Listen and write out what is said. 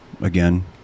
again